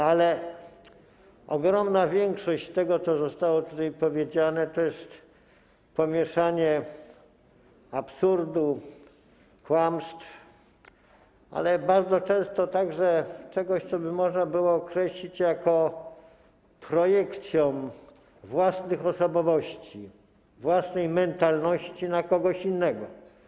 Ale ogromna większość tego, co zostało tutaj powiedziane, to jest pomieszanie absurdu, kłamstw, ale bardzo często też czegoś, co by można było określić jako projekcję własnych osobowości, własnej mentalności na kogoś innego.